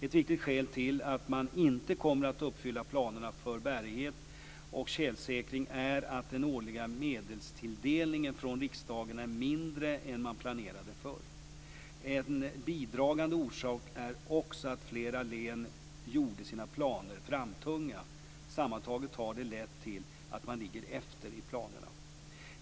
Ett viktigt skäl till att man inte kommer att uppfylla planerna för bärighet och tjälsäkring är att den årliga medelstilldelningen från riksdagen är mindre än man planerade för. En bidragande orsak är också att flera län gjorde sina planer framtunga. Sammantaget har det lett till att man ligger efter i planerna.